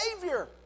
Savior